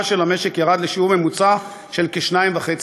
של המשק ירד לשיעור ממוצע של כ-2.5%.